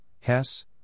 Hess